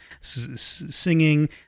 singing